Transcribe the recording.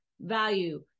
value